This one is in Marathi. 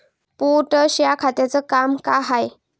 पोटॅश या खताचं काम का हाय?